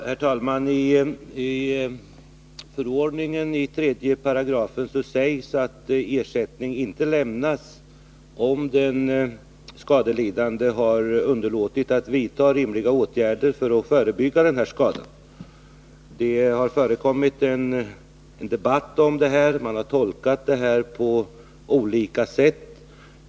Herr talman! I förordningens tredje paragraf sägs att ersättning inte lämnas om den skadelidande har underlåtit att vidta rimliga åtgärder för att förebygga sådan här skada. Det har varit en debatt om detta. Man har tolkat det på olika sätt.